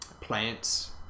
plants